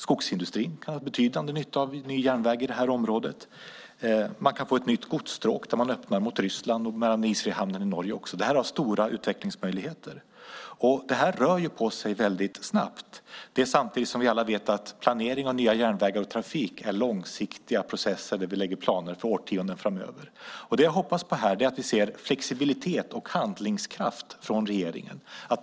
Skogsindustrin kan ha betydande nytta av ny järnväg i det här området. Man kan få ett nytt godsstråk där man öppnar mot Ryssland och de isfria hamnarna i Norge. Detta har stora utvecklingsmöjligheter. Det rör på sig väldigt snabbt, samtidigt som vi vet att planering av nya järnvägar och trafik är långsiktiga processer där vi gör planer för årtionden framöver. Det jag hoppas på här är att vi ska få se flexibilitet och handlingskraft från regeringen.